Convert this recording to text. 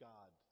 God